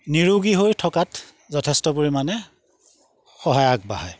নিৰোগী হৈ থকাত যথেষ্ট পৰিমাণে সহায় আগবঢ়ায়